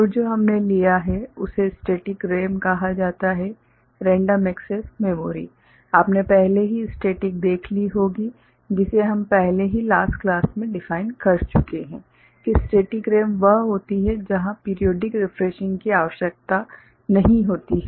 और जो हमने लिया है उसे स्टैटिक रैम कहा जाता है रैंडम एक्सेस मेमोरी आपने पहले ही स्टैटिक देख ली होगी जिसे हम पहले ही लास्ट क्लास में डिफाइन कर चुके हैं कि स्टैटिक रैम वह होती है जहां पीरियोडिक रिफ्रेशिंग की जरूरत नहीं होती है